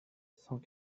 cent